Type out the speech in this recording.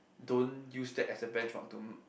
don't use that as a benchmark to